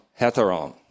Heteron